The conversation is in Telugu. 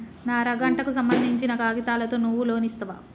నా అర గంటకు సంబందించిన కాగితాలతో నువ్వు లోన్ ఇస్తవా?